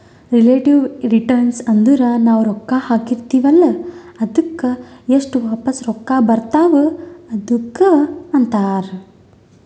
relative return ಅಂದುರ್ ನಾವು ರೊಕ್ಕಾ ಹಾಕಿರ್ತಿವ ಅಲ್ಲಾ ಅದ್ದುಕ್ ಎಸ್ಟ್ ವಾಪಸ್ ರೊಕ್ಕಾ ಬರ್ತಾವ್ ಅದುಕ್ಕ ಅಂತಾರ್